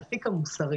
את האפיק המוסרי.